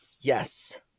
yes